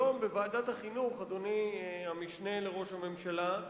היום בוועדת החינוך, אדוני המשנה לראש הממשלה,